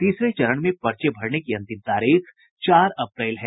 तीसरे चरण में पर्चे भरने की अंतिम तारीख चार अप्रैल है